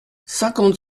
cinquante